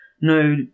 no